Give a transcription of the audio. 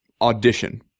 audition